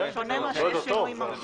מהות העסק.